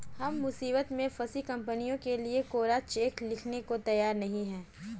हम मुसीबत में फंसी कंपनियों के लिए कोरा चेक लिखने को तैयार नहीं हैं